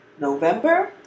november